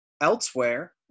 elsewhere